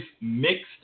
mixed